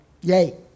yay